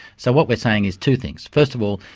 so what we're saying is two things. first of all,